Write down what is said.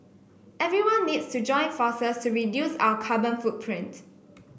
everyone needs to join forces to reduce our carbon footprint